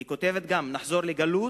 היא כותבת גם: נחזור לגלות?